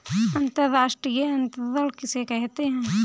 अंतर्राष्ट्रीय अंतरण किसे कहते हैं?